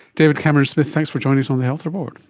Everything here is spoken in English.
david cameron-smith, thanks for joining us on the health report.